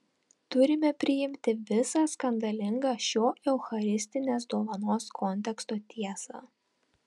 turime priimti visą skandalingą šio eucharistinės dovanos konteksto tiesą